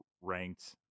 ranked